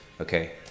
okay